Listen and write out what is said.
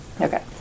Okay